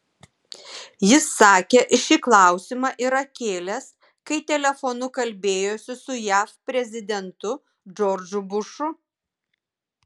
jis sakė šį klausimą yra kėlęs kai telefonu kalbėjosi su jav prezidentu džordžu bušu